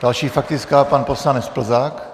Další faktická, pan poslanec Plzák.